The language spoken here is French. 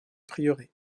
prieuré